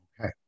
Okay